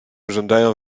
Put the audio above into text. żądają